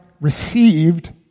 received